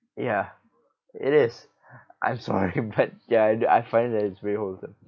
ya it is I'm sorry but ya I find that it is very wholesome